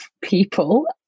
people